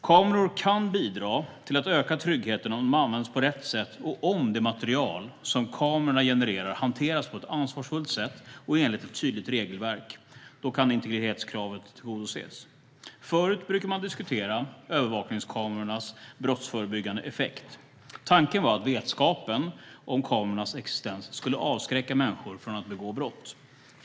Kameror kan bidra till att öka tryggheten om de används på rätt sätt och om det material som kamerorna genererar hanteras på ett ansvarsfullt sätt och enligt ett tydligt regelverk. Då kan integritetskravet tillgodoses. Förut brukade man diskutera övervakningskamerornas brottsförebyggande effekt. Tanken var att vetskapen om kamerornas existens skulle avskräcka människor från att begå brott.